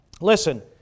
Listen